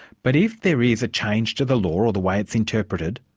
but if there is a change to the law, or the way it's interpreted,